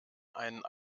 einen